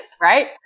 right